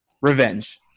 revenge